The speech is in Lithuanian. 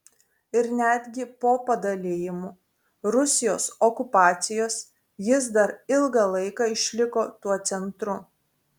ir netgi po padalijimų rusijos okupacijos jis dar ilgą laiką išliko tuo centru